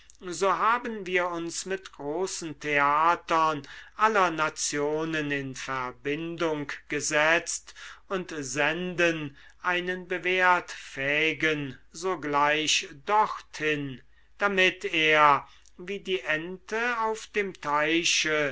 so haben wir uns mit großen theatern aller nationen in verbindung gesetzt und senden einen bewährt fähigen sogleich dorthin damit er wie die ente auf dem teiche